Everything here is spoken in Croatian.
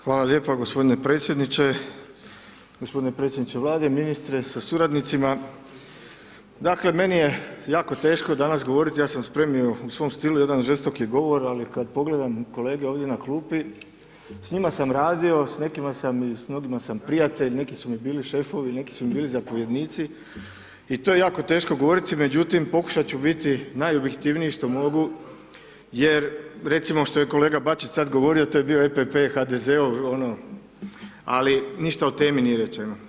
Hvala lijepa g. predsjedniče, g. predsjedniče Vlade, ministre sa suradnicima, dakle, meni je jako teško danas govoriti, ja sam spremio u svom stilu jedan žestoki govor, al kad pogledam kolege ovdje na klupi, s njima sam radio, s nekima sam prijatelj, neki su mi bili šefovi, neki su mi bili zapovjednici i to je jako teško govoriti, međutim, pokušat ću biti najobjektivniji što mogu jer, recimo što je kolega Bačić sad govorio to je bio EPP HDZ-ov, ali ništa o temi nije rečeno.